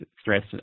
stress